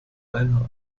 reinhard